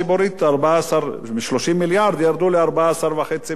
מ-30 מיליארד שקל ירדו ל-14.5 מיליארד.